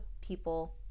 people